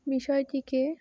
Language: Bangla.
বিষয়টিকে